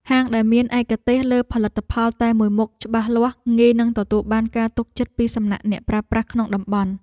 ហាងដែលមានឯកទេសលើផលិតផលតែមួយមុខច្បាស់លាស់ងាយនឹងទទួលបានការទុកចិត្តពីសំណាក់អ្នកប្រើប្រាស់ក្នុងតំបន់។